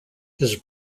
his